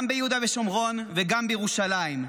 גם ביהודה ושומרון וגם בירושלים.